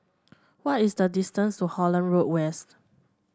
what is the distance to Holland Road West